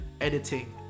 editing